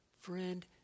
friend